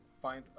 find